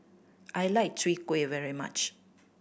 I like Chwee Kueh very much